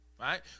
Right